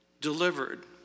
delivered